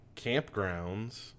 campgrounds